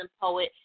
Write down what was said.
poet